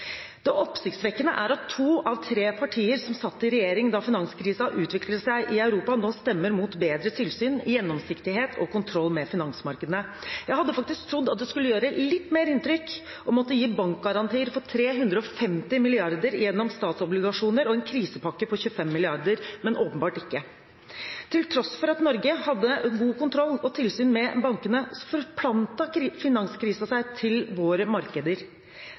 Det oppsiktsvekkende er at to av de tre partiene som satt i regjering da finanskrisen utviklet seg i Europa, nå stemmer mot bedre tilsyn, gjennomsiktighet og kontroll med finansmarkedene. Jeg hadde faktisk trodd at det skulle gjøre litt mer inntrykk å måtte gi bankgarantier for 350 mrd. kr gjennom statsobligasjoner og en krisepakke på 25 mrd. kr, men åpenbart ikke. Til tross for at Norge hadde god kontroll og tilsyn med bankene, forplantet finanskrisen seg til våre markeder,